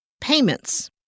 payments